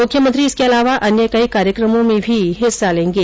मुख्यमंत्री इसके अलावा अन्य कई कार्यक्रमों में भी हिस्सा लेंगे